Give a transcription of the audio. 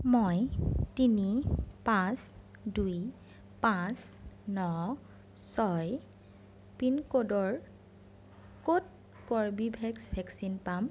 মই তিনি পাঁচ দুই পাঁচ ন ছয় পিনক'ডৰ ক'ত কৰ্বীভেক্স ভেকচিন পাম